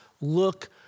look